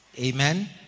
Amen